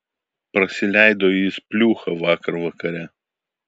prasileido jis pliūchą vakar vakare